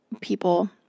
people